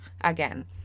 again